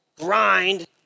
grind